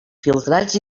filtrats